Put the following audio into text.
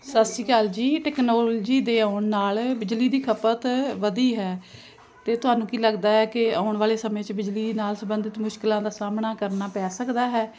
ਸਤਿ ਸ਼੍ਰੀ ਅਕਾਲ ਜੀ ਟੈਕਨੋਲਜੀ ਦੇ ਆਉਣ ਨਾਲ ਬਿਜਲੀ ਦੀ ਖਪਤ ਵਧੀ ਹੈ ਅਤੇ ਤੁਹਾਨੂੰ ਕੀ ਲੱਗਦਾ ਹੈ ਕਿ ਆਉਣ ਵਾਲੇ ਸਮੇਂ 'ਚ ਬਿਜਲੀ ਨਾਲ ਸੰਬੰਧਿਤ ਮੁਸ਼ਕਲਾਂ ਦਾ ਸਾਹਮਣਾ ਕਰਨਾ ਪੈ ਸਕਦਾ ਹੈ